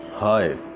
Hi